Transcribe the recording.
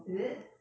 is it